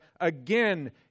again